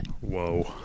Whoa